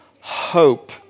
Hope